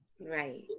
Right